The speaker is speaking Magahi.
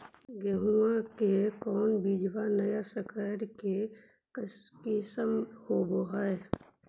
गेहू की कोन बीज नया सकर के किस्म होब हय?